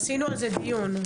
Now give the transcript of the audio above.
עשינו על זה דיון.